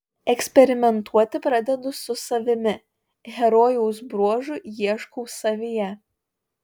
eksperimentuoti pradedu su savimi herojaus bruožų ieškau savyje